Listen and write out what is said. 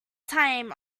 time